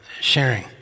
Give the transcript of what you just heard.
sharing